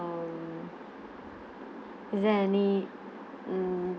um is there any mm